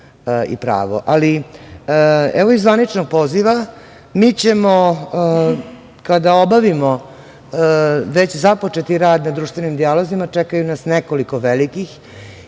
i pravo. Ali, evo i zvaničnog poziva, mi ćemo kada obavimo već započeti rad na društvenim dijalozima, čekaju nas nekoliko velikih.